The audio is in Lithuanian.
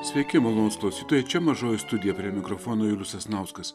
sveiki malonūs klausytojai čia mažoji studija prie mikrofono julius sasnauskas